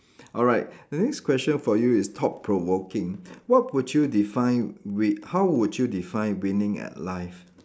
alright the next question for you is thought provoking what would you define wi~ how would you define winning at life